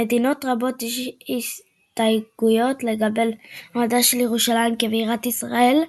למדינות רבות יש הסתייגויות לגבי מעמדה של ירושלים כבירת ישראל,